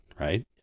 right